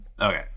Okay